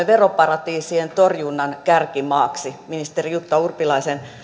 veroparatiisien torjunnan kärkimaaksi siis että haluamme tällaiseksi ministeri jutta urpilaisen